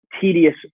tedious